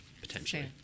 potentially